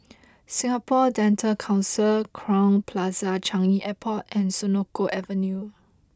Singapore Dental Council Crowne Plaza Changi Airport and Senoko Avenue